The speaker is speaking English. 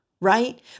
right